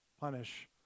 punish